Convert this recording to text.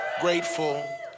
Grateful